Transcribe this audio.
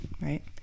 right